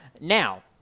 now